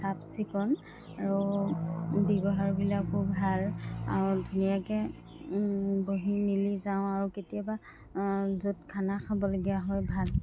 চাফ চিকন আৰু ব্যৱহাৰবিলাকো ভাল আৰু ধুনীয়াকে বহি মেলি যাওঁ আৰু কেতিয়াবা য'ত খানা খাবলগীয়া হয় ভাত